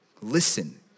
listen